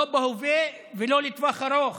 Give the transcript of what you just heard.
לא בהווה ולא לטווח ארוך,